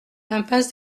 impasse